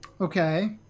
Okay